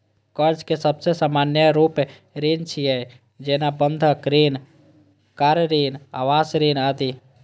कर्ज के सबसं सामान्य रूप ऋण छियै, जेना बंधक ऋण, कार ऋण, आवास ऋण आदि